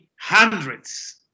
hundreds